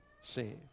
saved